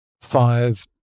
five